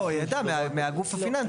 לא, הוא ידע מהגוף הפיננסי.